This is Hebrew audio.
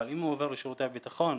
אבל אם הוא עובר לשירותי הביטחון,